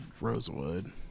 rosewood